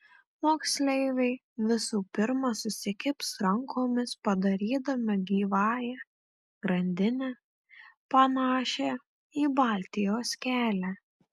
moksleiviai visų pirma susikibs rankomis padarydami gyvąją grandinę panašią į baltijos kelią